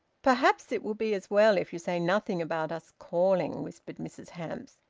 perhaps it will be as well if you say nothing about us calling, whispered mrs hamps.